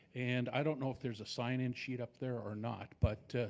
and i don't know if there's a sign in sheet up there or not, but